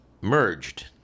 merged